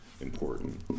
important